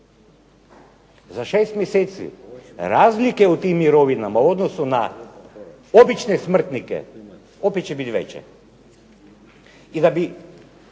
Za šest mjeseci razlike u tim mirovinama u odnosu na obične smrtnike opet će biti veće i da bi